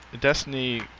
Destiny